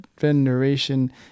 veneration